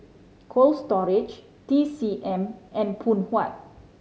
Cold Storage T C M and Phoon Huat